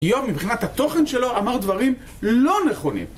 איוב מבחינת התוכן שלו אמר דברים לא נכונים